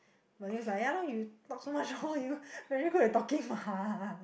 but he was like ya lah you talk so much hor you very good at talking [what]